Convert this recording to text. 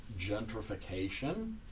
gentrification